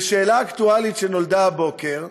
ושאלה אקטואלית, שנולדה הבוקר: